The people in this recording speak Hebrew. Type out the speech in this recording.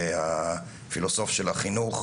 אני לא אומר שצריך להוריד להם את התקציב.